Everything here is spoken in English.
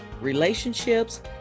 relationships